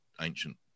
ancient